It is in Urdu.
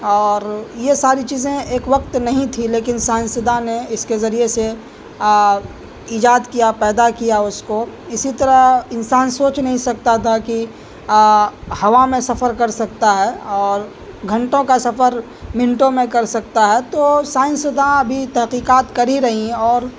اور یہ ساری چیزیں ایک وقت نہیں تھی لیکن سائنسداں نے اس کے ذریعے سے ایجاد کیا پیدا کیا اس کو اسی طرح انسان سوچ نہیں سکتا تھا کہ ہوا میں سفر کر سکتا ہے اور گھنٹوں کا سفر منٹوں میں کر سکتا ہے تو سائنسداں ابھی تحقیقات کر ہی رہے ہیں اور